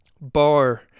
Bar